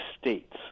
States